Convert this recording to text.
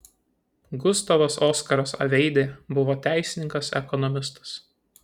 gustavas oskaras aveidė buvo teisininkas ekonomistas